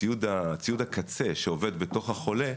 ציוד הקצה שעובד בתוך החולה,